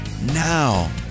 now